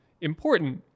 important